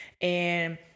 and-